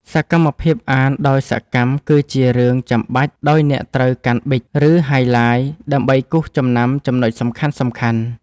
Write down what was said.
សកម្មភាពអានដោយសកម្ម គឺជារឿងចាំបាច់ដោយអ្នកត្រូវកាន់ប៊ិច ឬហាយឡាយ ដើម្បីគូសចំណាំចំណុចសំខាន់ៗ។